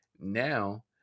now